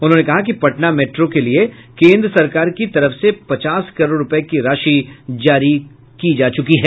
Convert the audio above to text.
उन्होंने कहा कि पटना मेट्रो के लिये केन्द्र सरकार की तरफ से पचास करोड़ रूपये की राशि जारी की जा चुकी है